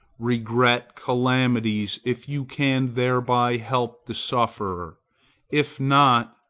regret calamities if you can thereby help the sufferer if not,